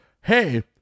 hey